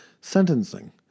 sentencing